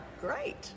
Great